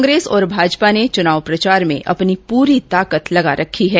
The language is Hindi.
कांग्रेस और भाजपा ने चुनाव प्रचार में अपनी पूरी ताकत झोंक रखी है